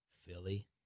Philly